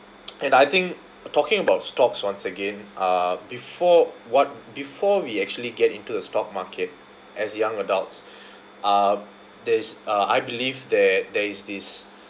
and I think talking about stocks once again uh before what before we actually get into the stock market as young adults uh there's uh I believe that there is this